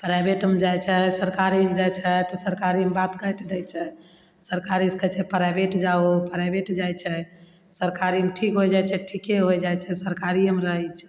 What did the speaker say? प्राइवेटमे जाइ छै सरकारीमे जाइ छै तऽ सरकारीमे बात काटि दै छै सरकारी से कहय छै प्राइवेट जाहो प्राइवेट जाइ छै सरकारीमे ठीक हो जाइ छै ठीके हो जाइ छै सरकारियेमे रहय छै